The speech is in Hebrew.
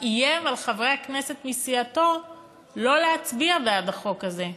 איים על חברי כנסת מסיעתו שלא יצביעו בעד החוק הזה.